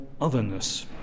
otherness